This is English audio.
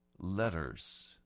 Letters